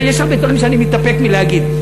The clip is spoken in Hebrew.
יש הרבה דברים שאני מתאפק מלהגיד.